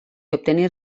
obtenir